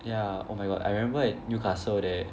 yeah oh my god I remember at Newcastle there